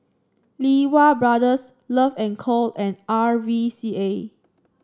Lee Wee Brothers Love and Co and R V C A